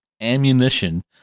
ammunition